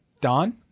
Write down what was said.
Don